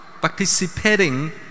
participating